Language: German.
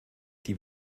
die